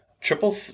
Triple